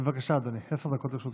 בבקשה, אדוני, עשר דקות לרשותך.